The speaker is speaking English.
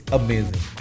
amazing